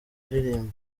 aririmba